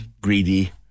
greedy